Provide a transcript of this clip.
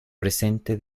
presente